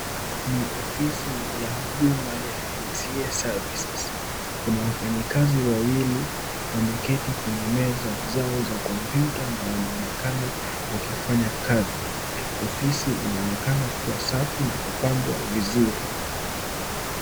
Ni ofisi ya huduma ya NTSA Services kuna wafanyikazi wawili wameketi kwenye meza zao za kompyuta na wanaonekana wakifanya kazi ofisi inaonekana kuwa safi na kubambwa vizuri.